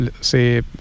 say